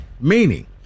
Meaning